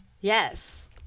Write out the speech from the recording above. Yes